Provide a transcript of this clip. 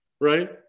right